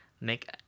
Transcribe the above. make